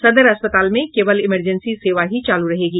सदर अस्पताल में केवल इमरजेंसी सेवा ही चालू रहेगी